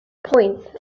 point